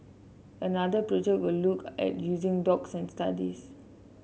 another project will look at using dogs and studies